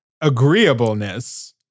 agreeableness